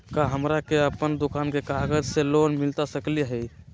का हमरा के अपन दुकान के कागज से लोन मिलता सकली हई?